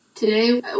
today